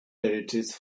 territories